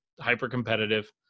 hyper-competitive